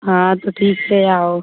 हाँ तो ठीक है आओ